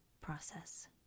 process